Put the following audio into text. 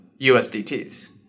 USDTs